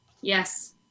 Yes